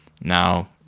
now